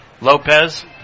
Lopez